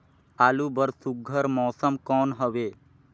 आलू बर सुघ्घर मौसम कौन हवे?